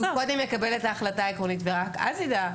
הוא קודם יקבל את ההחלטה העקרונית ורק אז יידע.